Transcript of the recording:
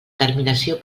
terminació